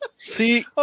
See